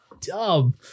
dumb